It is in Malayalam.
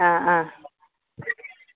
ആ ആ